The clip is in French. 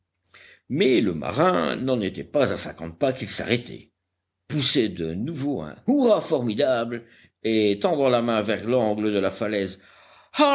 mais le marin n'en était pas à cinquante pas qu'il s'arrêtait poussait de nouveau un hurrah formidable et tendant la main vers l'angle de la falaise